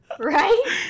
Right